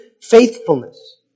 faithfulness